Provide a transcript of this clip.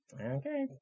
Okay